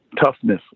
toughness